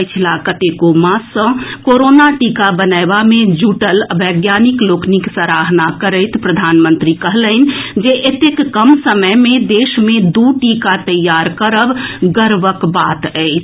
पछिला कतेको मास सँ कोरोना टीका बनएबा मे जुटल वैज्ञानिक लोकनिक सराहना करैत प्रधानमंत्री कहलनि जे एतेक कम समय मे देश मे दू टीका तैयार करब गर्वक बात अछि